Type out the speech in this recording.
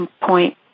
point